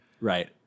Right